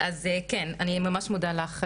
אני ממש מודה לך,